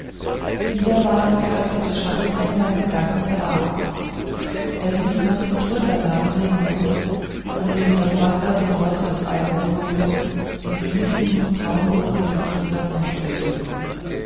wieder war es als hätte charousek meine gedanken erraten er wies nach dem trödlerladen neben uns an dem das wasser den rost des eisengerümpels in fließenden braunroten pfützen